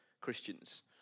Christians